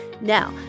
Now